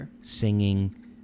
singing